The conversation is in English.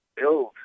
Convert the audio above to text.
build